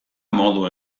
modu